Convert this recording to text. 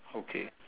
okay